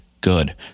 good